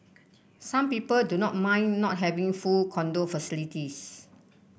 some people do not mind not having full condo facilities